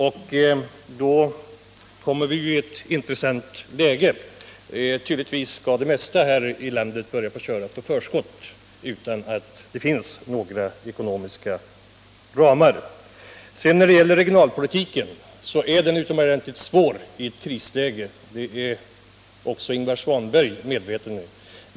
Vi kommer i ett allt mer intressant läge. Tydligtvis skall det mesta här i landet börja gå på förskott utan att det finns några ekonomiska ramar. När det gäller regionalpolitiken vill jag säga att den är utomordentligt svår att bedriva i ett krisläge — det är också Ingvar Svanberg medveten om.